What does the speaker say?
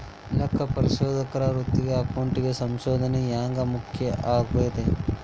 ಲೆಕ್ಕಪರಿಶೋಧಕರ ವೃತ್ತಿಗೆ ಅಕೌಂಟಿಂಗ್ ಸಂಶೋಧನ ಹ್ಯಾಂಗ್ ಮುಖ್ಯ ಆಗೇದ?